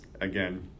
Again